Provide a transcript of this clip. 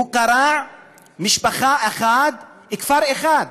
קרע משפחה אחת, כפר אחד,